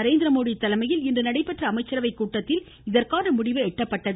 நரேந்திரமோடி தலைமையில் இன்று நடைபெற்ற அமைச்சரவை கூட்டத்தில் இதற்கான முடிவு எட்டப்பட்டது